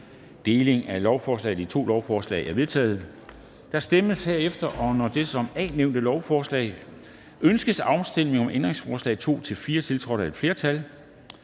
i to lovforslag er vedtaget. Der stemmes herefter om det under A nævnte lovforslag: Ønskes afstemning om ændringsforslag nr. 2-4, tiltrådt af et flertal